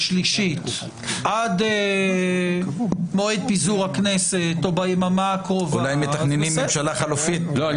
עד מועד פיזור הכנסת או ביממה הקרובה, אז בסדר.